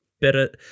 Better